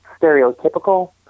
stereotypical